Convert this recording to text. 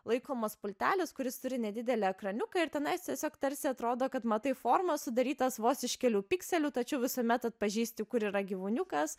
laikomas pultelis kuris turi nedidelį kraniuką ir tenais tiesiog tarsi atrodo kad matai formą sudarytą vos iš kelių pikselių tačiau visuomet atpažįsti kur yra gyvuliukas